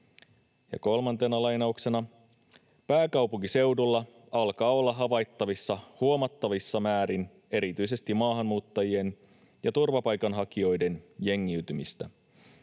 Kolmantena lainauksena: ”Pääkaupunkiseudulla alkaa olla havaittavissa huomattavissa määrin erityisesti maahanmuuttajien ja turvapaikanhakijoiden jengiytymistä.